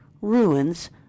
ruins